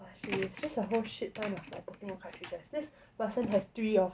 !wah! actually it's just a whole shit ton like pokemon cartridges this person has three of